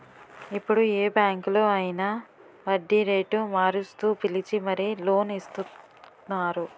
ఇప్పుడు ఏ బాంకులో అయినా వడ్డీరేటు మారుస్తూ పిలిచి మరీ లోన్ ఇస్తున్నారు